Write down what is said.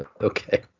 Okay